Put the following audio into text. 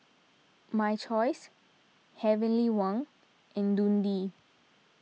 My Choice Heavenly Wang and Dundee